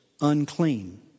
unclean